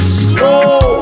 slow